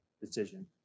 decision